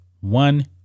one